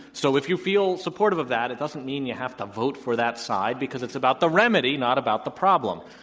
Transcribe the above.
so if you feel supportive of that, it doesn't mean you have to vote for that side because it's about the remedy, not about the problem.